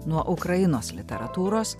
nuo ukrainos literatūros